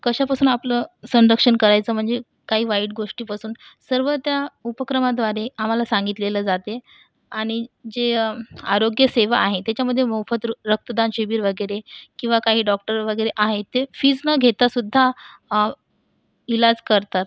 कशापासून आपलं संरक्षण करायचं म्हणजे काही वाईट गोष्टीपासून सर्व त्या उपक्रमाद्वारे आम्हाला सांगितले जाते आणि जे आरोग्यसेवा आहे त्याच्यामधे मोफत र रक्तदान शिबिर वगैरे किंवा काही डॉक्टर वगैरे आहे ते फीज न घेता सुद्धा इलाज करतात